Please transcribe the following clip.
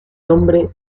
nombre